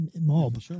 mob